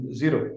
zero